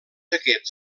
aquests